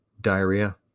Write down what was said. Diarrhea